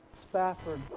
Spafford